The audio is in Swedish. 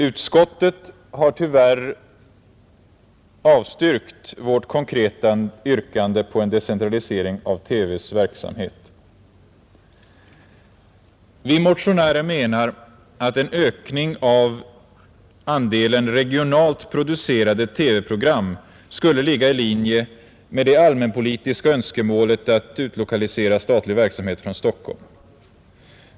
Utskottet har tyvärr avstyrkt vårt konkreta yrkande på en decentralisering av TV:s verksamhet. Vi motionärer menar att en ökning av andelen regionalt producerade TV-program skulle ligga i linje med det allmänpolitiska önskemålet att utlokalisera statlig verksamhet från Stockholm.